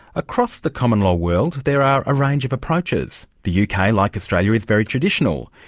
across the common law world there are a range of approaches. the uk, ah like australia, is very traditional.